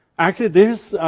actually this,